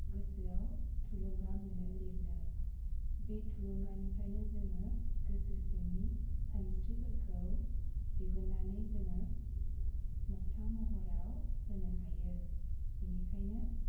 गोसोयाव थुलुंगा मोनो लिरनो बे थुलुंगानिफ्रायनो जोङो गोसो सिंनि सानस्रिफोरखौ दिहुन्नानै जोङो मोगथां महराव होनो हायो बेनिखायनो